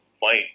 fine